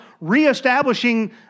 reestablishing